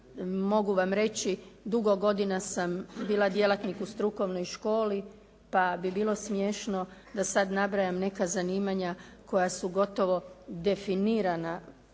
Mogu vam reći dugo godina sam bila djelatnik u strukovnoj školi pa bi bilo smiješno da sad nabrajam neka zanimanja koja su gotovo definirana